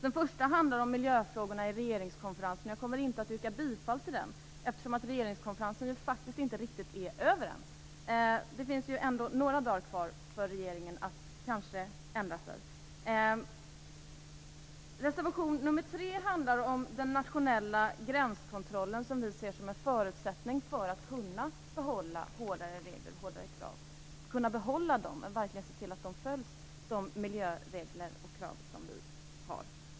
Den första handlar om miljöfrågorna i regeringskonferensen. Jag kommer inte att yrka bifall till den eftersom regeringskonferensen ju faktiskt inte riktigt är över än. Det finns ju ändå några dagar kvar för regeringen att ändra sig. Reservation 3 handlar om den nationella gränskontrollen. Den ser vi som en förutsättning för att kunna behålla hårdare regler, hårdare krav, och se till att de miljöregler och miljökrav som vi har verkligen följs.